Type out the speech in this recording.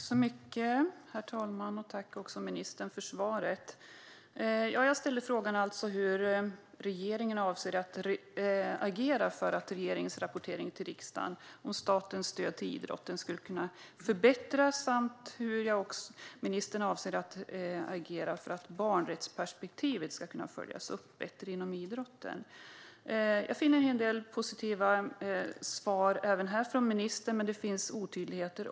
Herr talman! Jag tackar ministern för svaret. Jag ställde alltså frågan hur regeringen avser att agera för att regeringens rapportering till riksdagen om statens stöd till idrotten ska kunna förbättras samt hur ministern avser att agera för att barnrättsperspektivet ska kunna följas upp bättre inom idrotten. Jag finner en del positivt i svaret från ministern, men det finns också otydligheter.